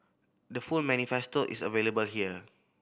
the full manifesto is available here